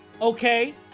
Okay